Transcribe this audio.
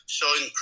showing